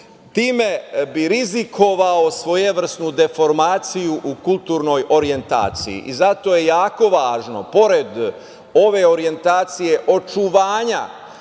time bi rizikovao svojevrsnu deformaciju u kulturnoj orijentaciji. Zato je jako važno, pored ove orijentacije očuvanja,